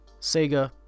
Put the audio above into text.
Sega